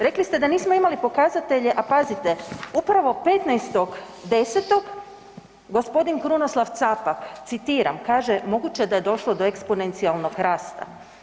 Rekli ste da nismo imali pokazatelje, a pazite, upravo 15.10. g. Krunoslav Capak, citiram, kaže, moguće da je došlo do eksponencijalnog rasta.